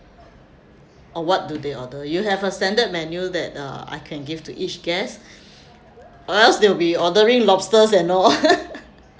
or what do they order you have a standard menu that uh I can give to each guest or else they will be ordering lobsters and all